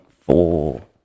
Four